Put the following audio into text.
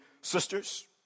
sisters